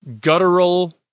guttural